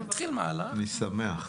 אני שמח.